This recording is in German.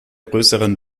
größeren